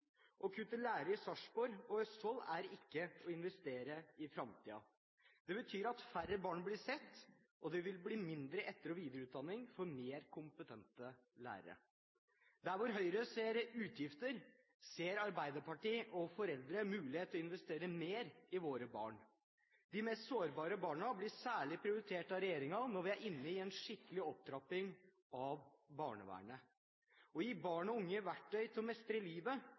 Å kutte i antall lærere i Sarpsborg og i Østfold for øvrig er ikke å investere i framtiden. Det betyr at færre barn blir sett, og det vil bli mindre etter- og videreutdanning for å få mer kompetente lærere. Der hvor Høyre ser utgifter, ser Arbeiderpartiet og foreldre mulighet til å investere mer i våre barn. De mest sårbare barna blir særlig prioritert av regjeringen når vi er inne i en skikkelig opptrapping av barnevernet. Å gi barn og unge verktøy til å mestre livet